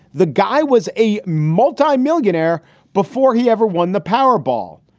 the guy was a multimillionaire before he ever won the powerball.